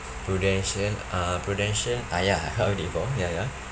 prudential uh prudential ah ya I heard that before ya ya